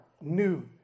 new